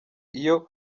iyo